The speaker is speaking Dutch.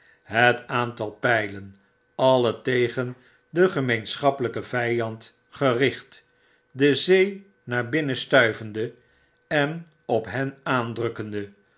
het aantal pylen alle tegen den gemeenschappelyken vyand gericht de zee naar binnen stuivende en op hen aanrukkende